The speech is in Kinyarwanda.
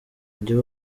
kujya